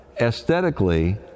aesthetically